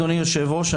אדוני היושב-ראש,